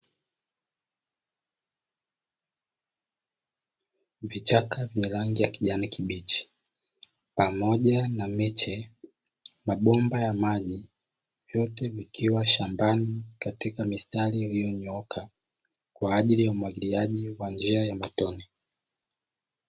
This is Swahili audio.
Vichaka vyenye rangi ya kijani kibichi pamoja na miche, mabomba ya maji, vyote vikiwa shambani katika mistari iliyonyooka kwa ajili ya umwagiliaji kwa njia ya matone.